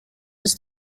was